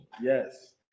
yes